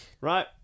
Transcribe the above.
Right